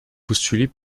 postuler